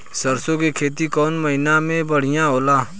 सरसों के खेती कौन महीना में बढ़िया होला?